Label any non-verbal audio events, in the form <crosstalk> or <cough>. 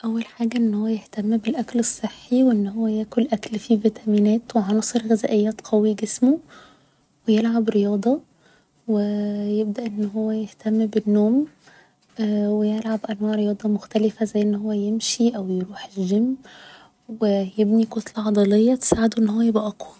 اول حاجة ان هو يهتم بالأكل الصحي و انه هو ياكل اكل فيه ڤيتامينات و عناصر غذائية تقوي جسمه و يلعب رياضة <hesitation> يبدأ انه هو يهتم بالنوم و يلعب أنواع رياضة مختلفة زي ان هو يمشي و يروح الچيم و يبني كتلة عضلية تساعده انه هو يبقى أقوى